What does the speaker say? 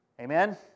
Amen